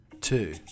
two